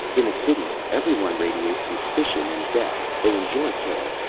in the city everyone radiates suspicion and death. they enjoy killing,